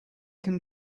can